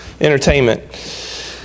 Entertainment